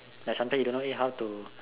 like sometimes you don't know eh how to